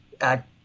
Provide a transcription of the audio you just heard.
act